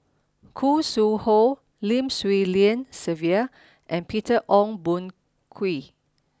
Khoo Sui Hoe Lim Swee Lian Sylvia and Peter Ong Boon Kwee